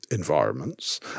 environments